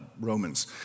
Romans